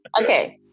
Okay